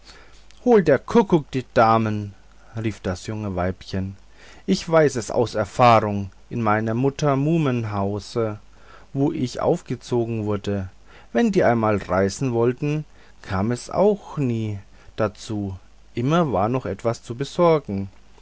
hol der kuckuck die damen rief das junge weibchen ich weiß es aus erfahrung in meiner muhme hause wo ich aufgezogen wurde wenn die einmal reisen wollte kam es auch nie dazu immer war noch etwas zu besorgen